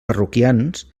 parroquians